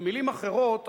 במלים אחרות,